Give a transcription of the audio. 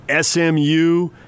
SMU